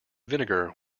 vinegar